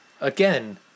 again